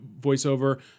voiceover